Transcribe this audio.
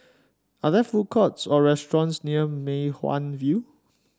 are there food courts or restaurants near Mei Hwan View